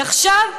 ועכשיו,